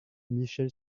michel